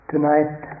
Tonight